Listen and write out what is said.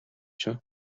чинь